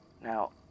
Now